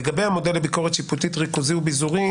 לגבי המודל לביקורת שיפוטית ריכוזי או ביזורי,